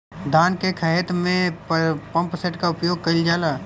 धान के ख़हेते में पम्पसेट का उपयोग कइल जाला?